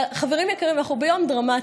אבל חברים, אנחנו ביום דרמטי.